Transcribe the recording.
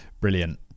brilliant